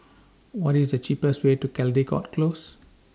What IS The cheapest Way to Caldecott Close